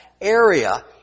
area